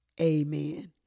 Amen